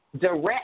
direct